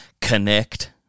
Connect